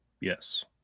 yes